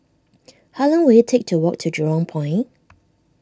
how long will it take to walk to Jurong Point